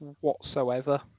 whatsoever